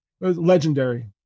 Legendary